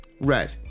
Red